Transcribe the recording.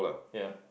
ya